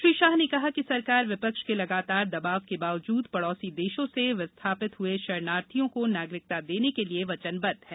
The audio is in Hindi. श्री शाह ने कहा कि सरकार विपक्ष के लगातार दबाव के बावजूद पड़ौसी देशो से विस्थापित हुए शरणार्थियों को नागरिकता देने के लिये वचनबद्ध है